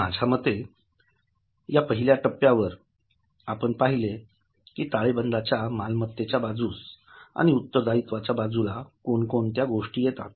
माझ्या मते या पहिल्या टप्प्यावर आपण पहिले कि ताळेबंदाच्या मालमत्तेच्या बाजूस व उत्तरदायित्वाच्या बाजूला कोणकोणत्या गोष्टी येतात